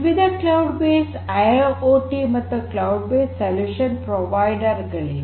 ವಿವಿಧ cloud based IIOT ಮತ್ತು cloud based solution provider ಗಳಿವೆ